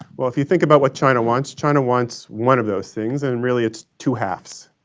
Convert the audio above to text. well if you think about what china wants, china wants one of those tings, and really it's two halves,